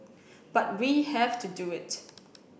but we have to do it